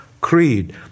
creed